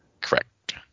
Correct